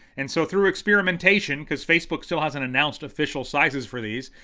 and so through experimentation, cause facebook still hasn't announced official sizes for these,